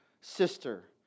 sister